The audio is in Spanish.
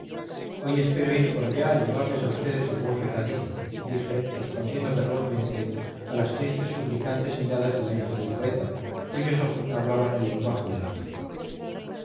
hoy espero ir por allá a llevarles a ustedes algún recadito dije respondiendo verbalmente a las tristes suplicantes miradas de la hija del poeta cuyos ojos me hablaban el lenguaje del hambre